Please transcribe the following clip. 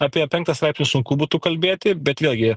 apie penktą straipsnį sunku būtų kalbėti bet vėlgi